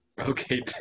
Okay